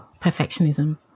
perfectionism